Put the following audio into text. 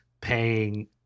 paying